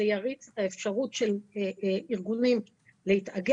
זה יריץ את האפשרות של ארגונים להתאגד.